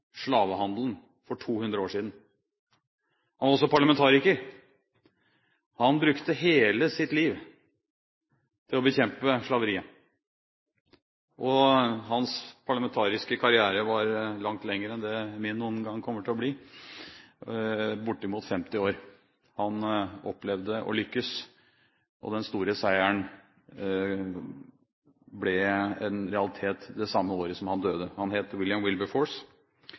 slavehandelen for 200 år siden. Han var også parlamentariker. Han brukte hele sitt liv til å bekjempe slaveriet, og hans parlamentariske karriere var langt lenger enn det min noen gang kommer til å bli – bortimot 50 år. Han opplevde å lykkes, og den store seieren ble en realitet det samme året som han døde. Han het William Wilberforce